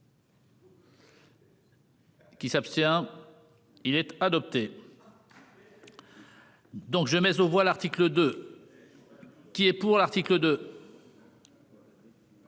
Qui s'abstient.-il être adopté. Donc je mais aux voix l'article 2. Qui est pour l'article 2.